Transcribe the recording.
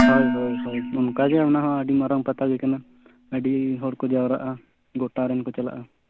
ᱦᱳᱭ ᱦᱳᱭ ᱦᱳᱭ ᱚᱱᱠᱟ ᱜᱮ ᱚᱱᱟ ᱦᱚᱸ ᱟᱹᱰᱤ ᱢᱟᱨᱟᱝ ᱯᱟᱛᱟ ᱜᱮ ᱠᱟᱱᱟ ᱟᱹᱰᱤ ᱦᱚᱲ ᱠᱚ ᱡᱟᱣᱨᱟᱜᱼᱟ ᱜᱚᱴᱟ ᱨᱮᱱ ᱠᱚ ᱪᱟᱞᱟᱜᱼᱟ